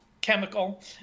chemical